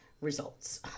results